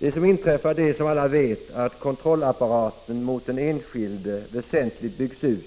Det som inträffat är, som alla vet, att kontrollapparaten mot den enskilde väsentligt byggts ut,